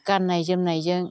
गाननाय जोमनायजों